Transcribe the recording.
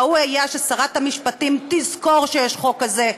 ראוי היה ששרת המשפטים תזכור שיש חוק כזה,